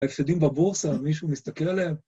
ההפסדים בבורסה, מישהו מסתכל עליהם?